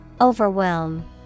Overwhelm